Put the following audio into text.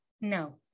No